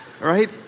Right